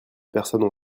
personnes